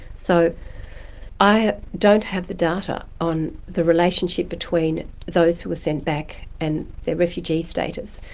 so i don't have the data on the relationship between those who were sent back and their refugee status.